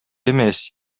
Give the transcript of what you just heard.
эмес